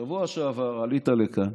בשבוע שעבר עלית לכאן